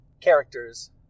characters